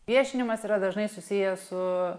viešinimas yra dažnai susijęs su